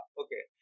okay